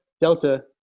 Delta